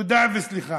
תודה וסליחה.